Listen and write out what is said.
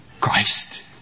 Christ